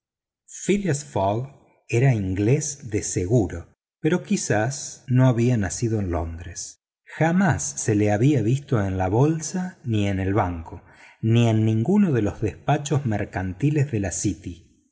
era inglés de pura cepa pero quizás no había nacido en londres jamás se le había visto en la bolsa ni en el banco ni en ninguno de los despachos mercantiles de la city